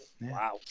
Wow